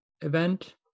event